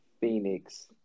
Phoenix